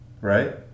Right